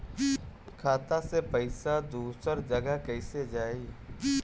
खाता से पैसा दूसर जगह कईसे जाई?